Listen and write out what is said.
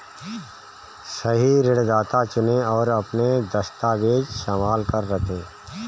सही ऋणदाता चुनें, और अपने दस्तावेज़ संभाल कर रखें